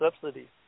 subsidies